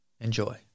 Enjoy